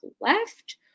left